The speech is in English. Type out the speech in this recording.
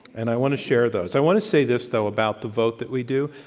and i want to share those. i want to say this, though, about the vote that we do.